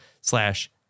slash